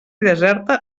deserta